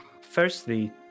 Firstly